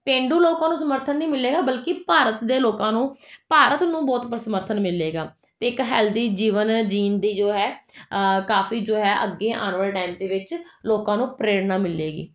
ਪੇਂਡੂ ਲੋਕਾਂ ਨੂੰ ਸਮਰਥਨ ਨਹੀਂ ਮਿਲੇਗਾ ਬਲਕਿ ਭਾਰਤ ਦੇ ਲੋਕਾਂ ਨੂੰ ਭਾਰਤ ਨੂੰ ਬਹੁਤ ਪਰ ਸਮਰਥਨ ਮਿਲੇਗਾ ਅਤੇ ਇੱਕ ਹੈਲਦੀ ਜੀਵਨ ਜੀਣ ਦੀ ਜੋ ਹੈ ਕਾਫ਼ੀ ਜੋ ਹੈ ਅੱਗੇ ਆਉਣ ਵਾਲੇ ਟੈਮ ਦੇ ਵਿੱਚ ਲੋਕਾਂ ਨੂੰ ਪ੍ਰੇਰਨਾ ਮਿਲੇਗੀ